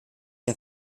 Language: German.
der